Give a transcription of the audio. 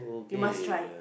you must try